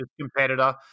competitor